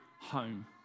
home